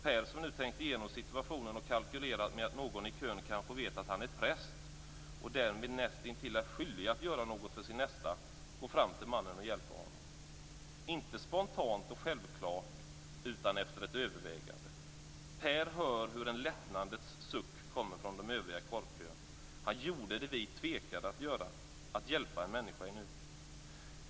Per, som nu tänkt igenom situationen och kalkylerat med att någon i kön kanske vet att han är präst och därmed näst intill skyldig att göra något för sin nästa, går fram till mannen och hjälper honom. Inte spontant och självklart, utan efter ett övervägande. Per hör hur en lättnadens suck kommer från de övriga i korvkön. Han gjorde det vi tvekade att göra, att hjälpa en människa i nöd.